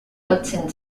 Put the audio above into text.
lotzen